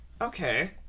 Okay